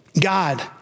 God